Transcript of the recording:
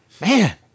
Man